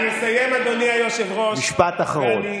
אני אסיים, אדוני היושב-ראש, משפט אחרון.